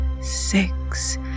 six